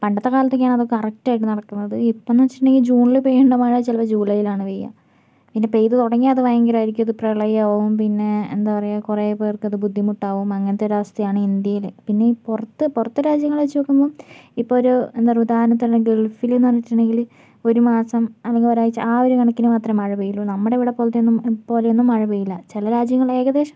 പണ്ടത്തെ കാലത്തൊക്കെയാണ് അതൊക്കെ കറക്ട് ആയിട്ട് നടക്കുന്നത് ഇപ്പം എന്നു വച്ചിട്ടുണ്ടെങ്കിൽ ജൂണിൽ പെയ്യേണ്ട മഴ ചിലപ്പോൾ ജൂലയിലാണ് പെയ്യുക പിന്നെ പെയ്തു തുടങ്ങിയാൽ അതു ഭയങ്കരമായിരിക്കും അത് പ്രളയമാവും പിന്നെ എന്താ പറയുക കുറേ പേർക്ക് അതു ബുദ്ധിമുട്ടാവും അങ്ങനത്തെ ഒരു അവസ്ഥ ആണ് ഇന്ത്യയിൽ പിന്നെ ഈ പുറത്ത് പുറത്തെ രാജ്യങ്ങൾ വച്ചു നോക്കുമ്പം ഇപ്പോൾ ഒരു എന്താ പറയുക ഉദാഹരണത്തിനു പറഞ്ഞാൽ ഗൾഫിൽ എന്നു പറഞ്ഞിട്ടുണ്ടെങ്കിൽ ഒരു മാസം അല്ലെങ്കിൽ ഒരു ആഴ്ച ആ ഒരു കണക്കിന് മാത്രമേ മഴ പെയ്യുള്ളൂ നമ്മുടെ ഇവിടെ പോലത്തെ ഒന്നും പോലെ ഒന്നും മഴ പെയ്യില്ല ചില രാജ്യങ്ങൾ ഏകദേശം